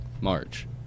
march